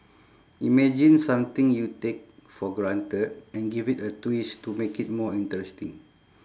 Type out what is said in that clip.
imagine something you take for granted and give it a twist to make it more interesting